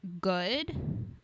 good